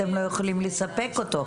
אתם לא יכולים לספק אותו.